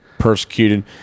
Persecuted